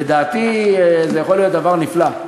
לדעתי זה יכול להיות דבר נפלא,